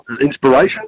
inspiration